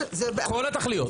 כל התכליות.